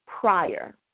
prior